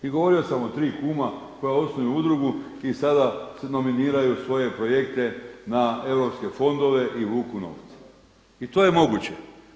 I govorio sam o tri kuma koja osnuju udrugu i sada nominiraju svoje projekte na europske fondove i vuku novce i to je moguće.